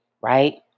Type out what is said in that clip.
right